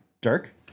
Dirk